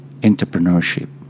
entrepreneurship